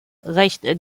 reicht